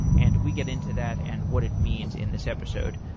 and we get into that and what it means in this episode.